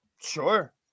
Sure